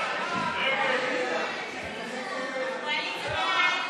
אלי אבידר, אני לא דוקטור,